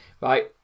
right